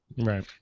Right